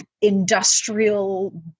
industrial